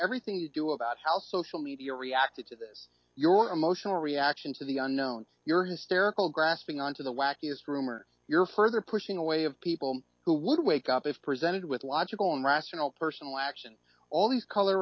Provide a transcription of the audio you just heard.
everything you do about how social media reacted to this your emotional reaction to the unknown your hysterical grasping onto the wackiest rumor your further pushing away of people who would wake up if presented with logical and rational personal action all these color